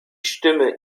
stimme